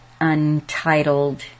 untitled